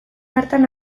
hartan